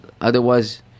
Otherwise